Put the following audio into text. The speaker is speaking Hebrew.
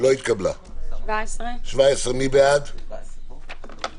הצבעה ההסתייגות לא אושרה.